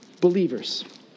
Believers